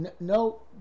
no